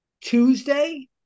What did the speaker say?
Tuesday